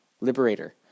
liberator